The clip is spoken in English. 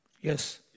Yes